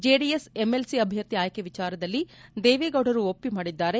JDS MLC ಅಭ್ಯರ್ಥಿ ಆಯ್ಕೆ ವಿಚಾರದಲ್ಲಿ ದೇವೆಗೌಡರು ಒಪ್ಪಿ ಮಾಡಿದ್ದಾರೆ